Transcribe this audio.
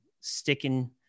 sticking